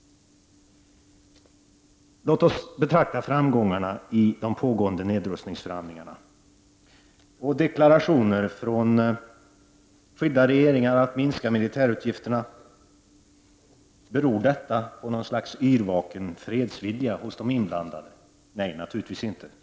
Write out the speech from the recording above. Låt oss betrakta framgångarna i de pågående nedrustningsförhandlingarna och deklarationerna från skilda regeringar att minska militärutgifterna. Beror dessa på något slags yrvaken fredsvilja hos de inblandade? Nej, naturligtvis inte.